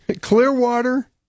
Clearwater